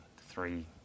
three